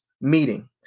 meeting